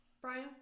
Brian